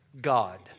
God